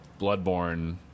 Bloodborne